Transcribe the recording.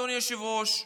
אדוני היושב-ראש,